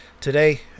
Today